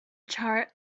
chart